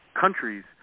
countries